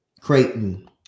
Creighton